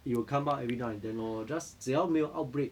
it will come up every now and then lor just 只要没有 outbreak